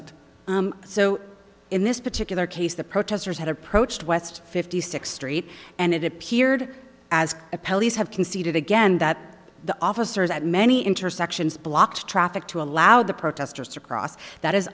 it so in this particular case the protesters had approached west fifty six street and it appeared as a police have conceded again that the officers at many intersections blocked traffic to allow the protesters to cross that is